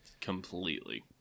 Completely